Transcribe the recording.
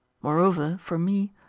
moreover, for me,